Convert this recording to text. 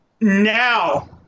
Now